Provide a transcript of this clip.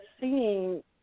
seeing